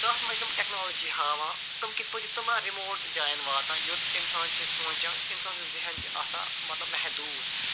تتھ منٛز چھِ تِم ٹٮ۪کنالوجی ہاوان تِم کِتھٕ پٲٹھۍ چھِ تِمن رِموٹ جاین واتان یوٚت اِنسان چھِ سونٛچان اِنسان سُنٛد ذہن چھُ آسان مطلب محدوٗد